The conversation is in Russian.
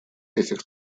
этих